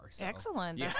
Excellent